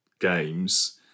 games